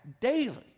daily